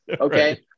okay